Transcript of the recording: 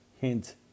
hint